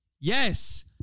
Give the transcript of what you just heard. Yes